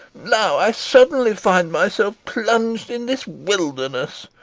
now i suddenly find myself plunged in this wilderness,